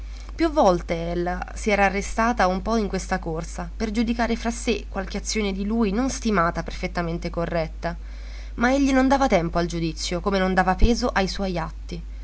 più volte ella si era arrestata un po in questa corsa per giudicare fra sé qualche azione di lui non stimata perfettamente corretta ma egli non dava tempo al giudizio come non dava peso ai suoi atti